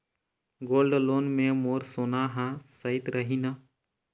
Gold loan मे मोर सोना हा सइत रही न?